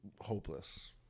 hopeless